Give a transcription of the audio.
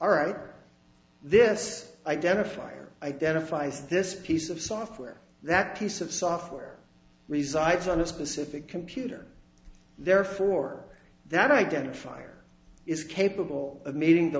all right this identifier identifies this piece of software that piece of software resides on a specific computer therefore that identifier is capable of meeting the